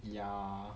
ya